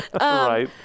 right